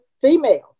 female